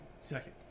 second